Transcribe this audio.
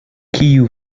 kiu